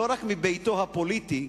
לא רק מביתו הפוליטי,